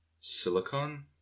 Silicon